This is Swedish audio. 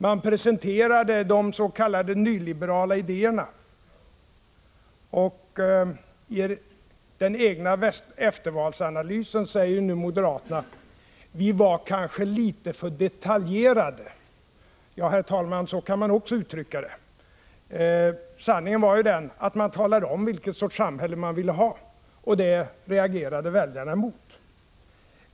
De presenterade de s.k. nyliberala idéerna. I den egna eftervalsanalysen säger nu moderaterna: Vi var kanske litet för detaljerade. Ja, herr talman, så kan man uttrycka det. Sanningen var ju den att man talade om vilken sorts samhälle man ville ha, och det reagerade väljarna emot.